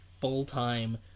full-time